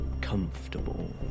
comfortable